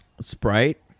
Sprite